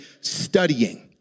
studying